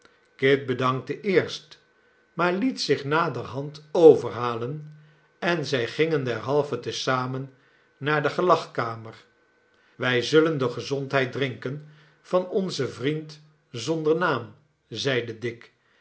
kit bedankte eerst maar liet zich naderhand overhalen en zij gingen derhalve te zamen naar de gelagkamer wij zullen de gezondheid drinken van onzen vriend zonder naam zeide dick